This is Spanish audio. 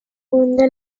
honda